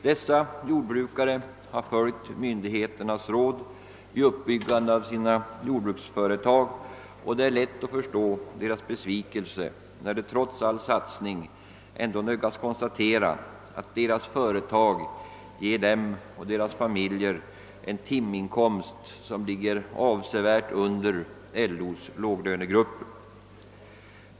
Dessa jordbrukare har följt myndigheternas råd vid uppbyggandet av sina jordbruksföretag, och det är lätt att förstå deras besvikelse när de trots all satsning ändå nödgas konstatera att deras företag ger dem och deras familjer en timinkomst, som ligger avsevärt under vad LO:s låglönegrupper har.